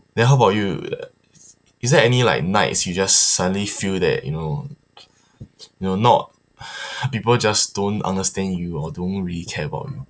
then how about you is there any like nights you just suddenly feel that you know you know not people just don't understand you or don't really care about you